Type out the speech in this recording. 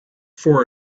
for